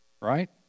Right